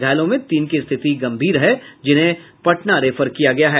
घायलों में तीन की स्थिति गम्भीर है जिसे पटना रेफर किया गया है